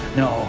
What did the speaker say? no